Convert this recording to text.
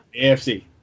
AFC